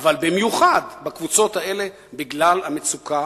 אבל במיוחד בקבוצות האלה, בגלל המצוקה